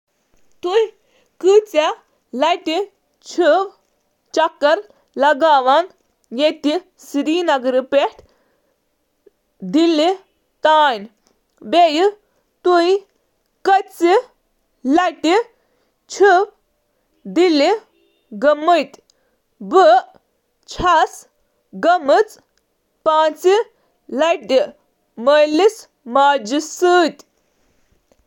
تۄہہِ کٔژِ لَٹہِ چھُکھ سری نگر پٮ۪ٹھٕ دِلہِ تام سفر کوٚرمُت۔ تۄہہِ کٔژِ لَٹہِ گوٚو دِلہِ؟ بہٕ گوٚو پانٛژِ لٹہِ۔